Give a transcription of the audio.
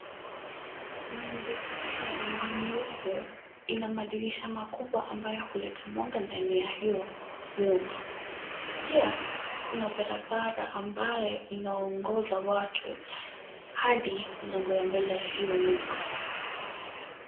Nyumba nyeupe ina madirisha makubwa ambayo huleta mwanga ndani ya hio nyumba. Pia kuna barabara ambaye inaongoza watu hadi mlango ya mbele ya hio nyumba.